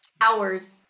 hours